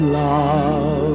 love